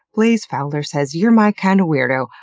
blaze fowler says you're my kind of weirdo.